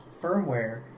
firmware